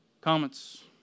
Comments